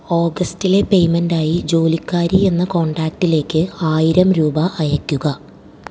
ഓഗസ്റ്റിലെ payment ആയി ജോലിക്കാരി എന്ന കോണ്ടാക്റ്റിലേക്ക് ആയിരം രൂപ അയയ്ക്കുക